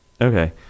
Okay